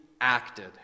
acted